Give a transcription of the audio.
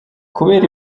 kubera